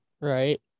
right